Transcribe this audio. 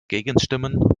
gegenstimmen